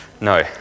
no